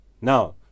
Now